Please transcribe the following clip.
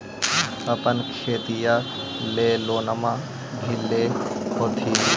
अपने खेतिया ले लोनमा भी ले होत्थिन?